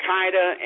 Qaeda